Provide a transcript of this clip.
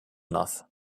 enough